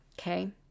Okay